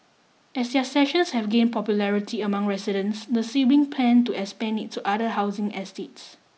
as their sessions have gained popularity among residents the sibling plan to expand it to other housing estates